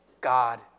God